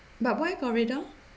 but why corridor